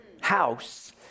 house